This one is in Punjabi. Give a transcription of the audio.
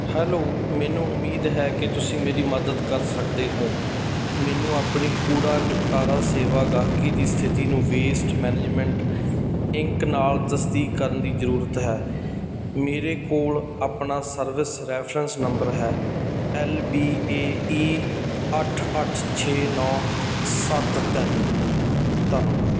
ਹੈਲੋ ਮੈਨੂੰ ਉਮੀਦ ਹੈ ਕਿ ਤੁਸੀਂ ਮੇਰੀ ਮਦਦ ਕਰ ਸਕਦੇ ਹੋ ਮੈਨੂੰ ਆਪਣੀ ਕੂੜਾ ਨਿਪਟਾਰਾ ਸੇਵਾ ਗਾਹਕੀ ਦੀ ਸਥਿਤੀ ਨੂੰ ਵੇਸਟ ਮੈਨੇਜਮੈਂਟ ਇੰਕ ਨਾਲ ਤਸਦੀਕ ਕਰਨ ਦੀ ਜ਼ਰੂਰਤ ਹੈ ਮੇਰੇ ਕੋਲ ਆਪਣਾ ਸਰਵਿਸ ਰੈਫਰੈਂਸ ਨੰਬਰ ਹੈ ਐਲ ਬੀ ਏ ਈ ਅੱਠ ਅੱਠ ਛੇ ਨੌਂ ਸੱਤ ਤਿੰਨ ਧੰਨਵਾਦ